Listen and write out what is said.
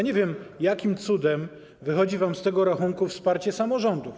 Nie wiem, jakim cudem wychodzi wam z tego rachunku wsparcie samorządów.